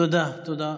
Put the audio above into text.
תודה, תודה.